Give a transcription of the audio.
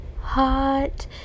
hot